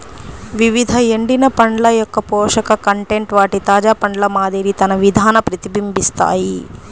వివిధ ఎండిన పండ్ల యొక్కపోషక కంటెంట్ వాటి తాజా పండ్ల మాదిరి తన విధాన ప్రతిబింబిస్తాయి